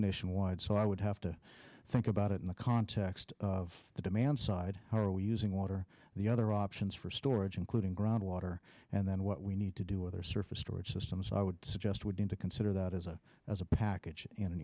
nationwide so i would have to think about it in the context of the demand side how are we using water the other options for storage including groundwater and then what we need to do with our surface storage systems i would suggest would need to consider that as a as a package in